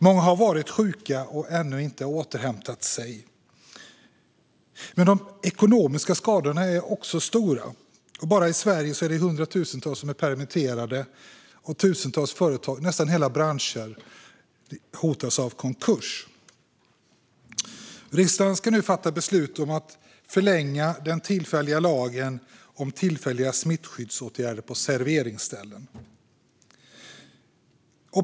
Många har varit sjuka och ännu inte återhämtat sig. De ekonomiska skadorna är också stora. Bara i Sverige är hundratusentals människor permitterade. Tusentals företag, nästan hela branscher, hotas av konkurs. Riksdagen ska nu fatta beslut om att förlänga den tillfälliga lagen om tillfälliga smittskyddsåtgärder på serveringsställen.